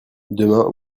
demain